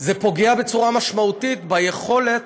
זה פוגע בצורה משמעותית ביכולת